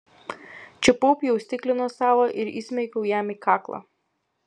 čiupau pjaustiklį nuo stalo ir įsmeigiau jam į kaklą